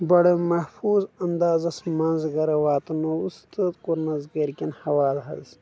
بڑٕ محفوٗظ انٛدازس منٛز گرٕ واتہٕ نووُس تہٕ کوٚرنس گرِ کٮ۪ن حوالہٕ حظ